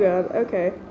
Okay